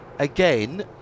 Again